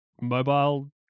mobile